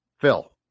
Phil